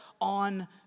on